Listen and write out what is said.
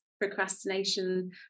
Procrastination